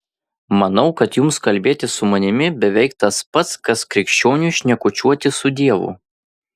manau kad jums kalbėtis su manimi beveik tas pats kas krikščioniui šnekučiuotis su dievu